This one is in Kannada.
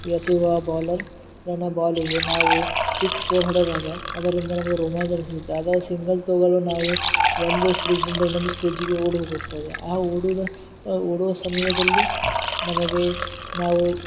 ಎಸೆಯುವ ಬಾಲರ್ ಅವನ ಬಾಲಿಗೆ ನಾವು ಸಿಕ್ಸ್ ಫೋರ್ ಹೊಡೆದಾಗ ಅದರಿಂದ ನಮಗೆ ರೋಮಾಂಚನ ಸಿಗುತ್ತೆ ಆದರೆ ಸಿಂಗಲ್ ತಗೊಂಡರೆ ನಾವು ಒಂದು ಸ್ಕ್ರೀಜಿಂದ ಇನ್ನೊಂದು ಸ್ಕ್ರೀಜಿಗೆ ಓಡಿ ಹೋಗುತ್ತದೆ ಆ ಓಡುವ ಆ ಓಡುವ ಸಮಯದಲ್ಲಿ ನಮಗೇ ನಾವು